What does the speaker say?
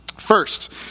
First